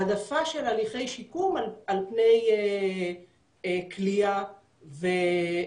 העדפה של הליכי שיקום על פני כליאה וגמול.